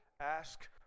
Ask